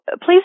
please